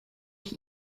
ich